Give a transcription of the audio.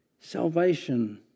salvation